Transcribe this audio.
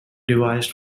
devised